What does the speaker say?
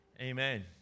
Amen